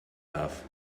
darf